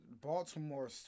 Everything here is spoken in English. Baltimore